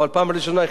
וזה אני מקווה,